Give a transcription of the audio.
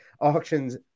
auctions